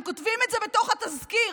הם כותבים את זה בתוך התזכיר.